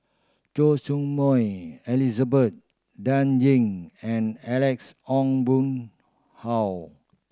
Choy Su Moi Elizabeth Dan Ying and Alex Ong Boon Hau